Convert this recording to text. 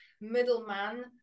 middleman